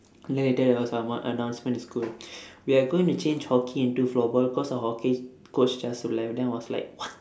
then later there was anno~ announcement in school we're going to change hockey into floorball cause our hockey coach just left then I was like what